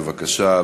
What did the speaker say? בבקשה,